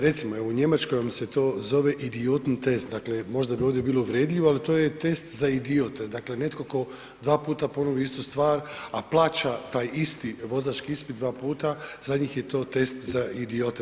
Recimo, evo u Njemačkoj vam se to zove Idiotentest, dakle možda bi ovdje bilo uvredljivo, ali to je test za idiote, dakle netko tko 2 puta ponovi istu stvar, a plaća taj isti vozački ispit 2 puta, za njih je to test za idiote.